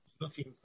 looking